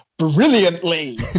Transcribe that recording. brilliantly